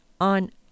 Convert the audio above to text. on